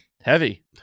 Heavy